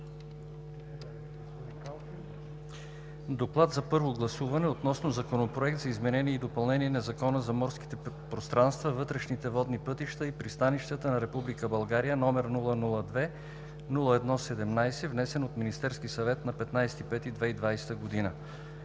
„ДОКЛАД за първо гласуване относно законопроект за изменение и допълнение на Закона за морските пространства, вътрешните водни пътища и пристанищата на Република България, № 002-01-17, внесен от Министерския съвет на 15 май 2020 г.